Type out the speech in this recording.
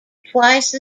twice